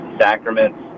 sacraments